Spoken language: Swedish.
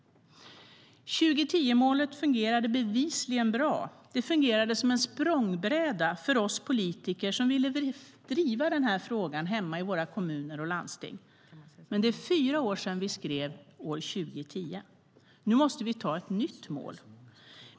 2010-målet fungerade bevisligen bra som en språngbräda för oss politiker som ville driva den här frågan i våra kommuner och landsting. Men det är fem år sedan vi skrev 2010. Nu måste vi anta ett nytt mål.